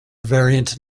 variant